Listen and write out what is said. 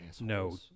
No